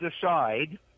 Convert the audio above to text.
decide—